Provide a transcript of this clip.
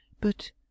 But—